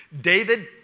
David